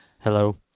Hello